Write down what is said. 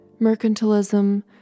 Mercantilism